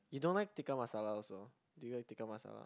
you don't like Tikka Masala also do you like Tikka Masala